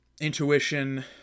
intuition